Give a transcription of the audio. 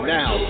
now